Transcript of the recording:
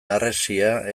harresia